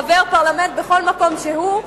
חבר פרלמנט בכל מקום שהוא,